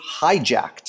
hijacked